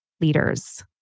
leaders